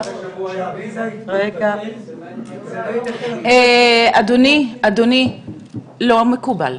זה לא מקובל,